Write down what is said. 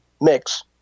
mix